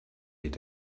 did